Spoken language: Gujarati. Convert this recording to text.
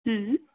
હં